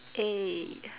eh